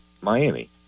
Miami